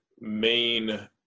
main